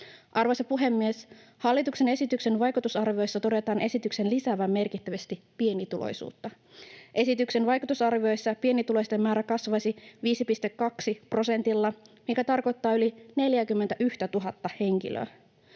Arvoisa puhemies! Hallituksen esityksen vaikutusarvioissa todetaan esityksen lisäävän merkittävästi pienituloisuutta. Esityksen vaikutusarvioissa pienituloisten määrä kasvaisi 5,2 prosentilla, mikä tarkoittaa yli 41 000:ta henkilöä.